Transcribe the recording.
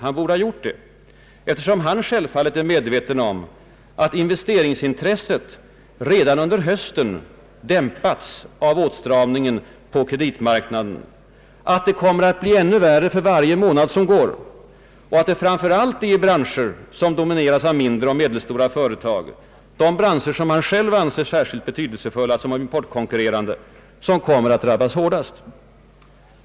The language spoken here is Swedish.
Han borde ha gjort det, eftersom han självfallet är medveten om att investeringsintresset redan under hösten dämpats av åtstramningen på kreditmarknaden, att det kommer att bli ännu värre för varje månad som går och att det framför allt är branscher som domineras av de mindre och medelstora företag som han själv anser särskilt betydelsefulla såsom importkonkurrerande, som drabbas hårdast.